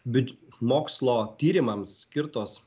bet mokslo tyrimams skirtos